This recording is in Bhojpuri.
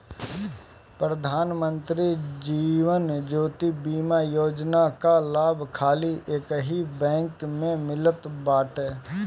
प्रधान मंत्री जीवन ज्योति बीमा योजना कअ लाभ खाली एकही बैंक से मिलत बाटे